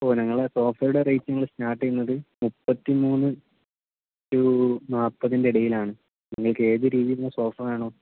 ഓ ഞങ്ങൾ സോഫയുടെ റേറ്റ് ഞങ്ങൾ സ്റ്റാർട്ട് ചെയ്യുന്നത് മുപ്പത്തി മൂന്ന് ടു നാൽപ്പതിൻ്റെ ഇടയിലാണ് നിങ്ങൾക്ക് ഏത് രീതിയിലുള്ള സോഫ വേണോ